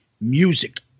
music